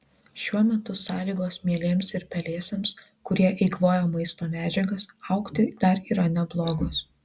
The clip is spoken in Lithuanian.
šiuo metu sąlygos mielėms ir pelėsiams kurie eikvoja maisto medžiagas augti dar yra neblogos